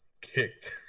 kicked